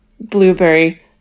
blueberry